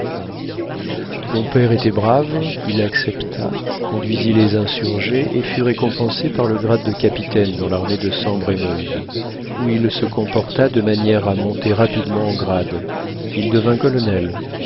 mon père était brave il accepta conduisit les insurgés et fut récompensé par le grade de capitaine dans l'armée de sambre et meuse où il se comporta de manière à monter rapidement en grade il devint colonel